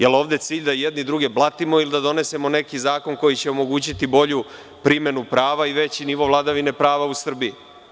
Dali je ovde cilj da jedni druge blatimo ili da donesemo neki zakon koji će omogućiti bolju primenu prava i veći nivo vladavine prava u Srbiji?